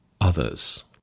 others